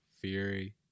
Fury